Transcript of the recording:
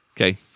Okay